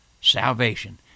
salvation